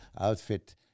outfit